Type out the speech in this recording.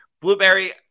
Blueberry